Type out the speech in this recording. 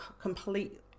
complete